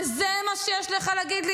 וזה מה שיש לך להגיד לי?